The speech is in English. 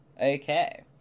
Okay